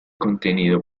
contenido